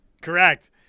Correct